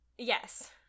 Yes